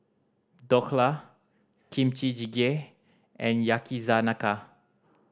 Dhokla Kimchi Jjigae and Yakizakana